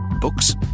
Books